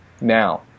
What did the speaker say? now